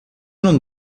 non